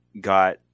got